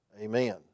Amen